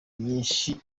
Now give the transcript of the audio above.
myinshi